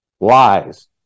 Lies